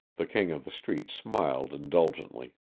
the king of the street smiled indulgently.